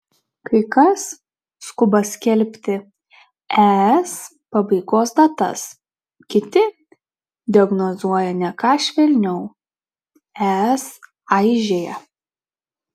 kai kas skuba skelbti es pabaigos datas kiti diagnozuoja ne ką švelniau es aižėja